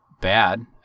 bad